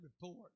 report